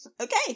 Okay